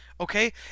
Okay